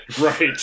Right